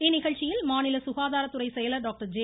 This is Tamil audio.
இந்நிகழ்ச்சியில் மாநில சுகாதாரத்துறை செயலர் டாக்டர் ஜே